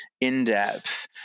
in-depth